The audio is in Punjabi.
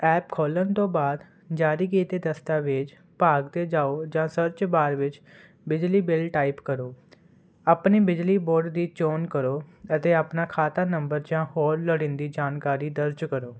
ਐਪ ਖੋਲਣ ਤੋਂ ਬਾਅਦ ਜਾਰੀ ਕੀਤੇ ਦਸਤਾਵੇਜ਼ ਭਾਗ ਤੇ ਜਾਓ ਜਾਂ ਸਰਚ ਬਾਰ ਵਿੱਚ ਬਿਜਲੀ ਬਿਲ ਟਾਈਪ ਕਰੋ ਆਪਣੀ ਬਿਜਲੀ ਬੋਰਡ ਦੀ ਚੋਣ ਕਰੋ ਅਤੇ ਆਪਣਾ ਖਾਤਾ ਨੰਬਰ ਜਾਂ ਹੋਰ ਲੋੜੀਂਦੀ ਜਾਣਕਾਰੀ ਦਰਜ ਕਰੋ